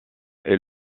est